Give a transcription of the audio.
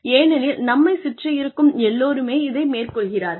ஏனெனில் நம்மைச் சுற்றியிருக்கும் எல்லோருமே இதை மேற்கொள்கிறார்கள்